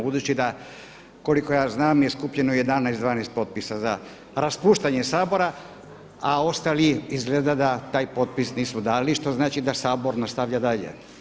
Budući da koliko ja znam je skupljeno 11, 12 potpisa za raspuštanje Sabora, a ostali izgleda da taj potpis nisu dali što znači da Sabor nastavlja dalje.